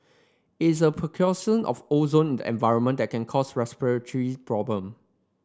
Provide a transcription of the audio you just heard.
is a precursor of ozone the environment that and can cause respiratory problem